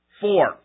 Four